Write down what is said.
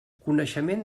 coneixement